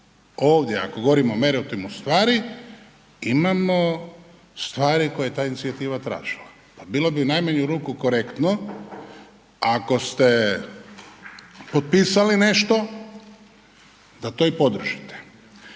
ovdje ako govorimo o meriotimu stvari imamo stvari koje je ta inicijativa tražila pa bilo bi u najmanju ruku korektno ako ste potpisali nešto da to i podržite.